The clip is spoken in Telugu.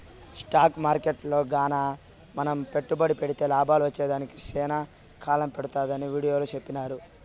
స్టాకు మార్కెట్టులో గాన మనం పెట్టుబడి పెడితే లాభాలు వచ్చేదానికి సేనా కాలం పడతాదని వీడియోలో సెప్పినారు